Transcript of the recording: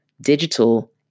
digital